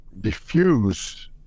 Diffuse